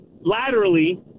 laterally